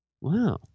Wow